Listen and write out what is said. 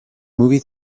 movie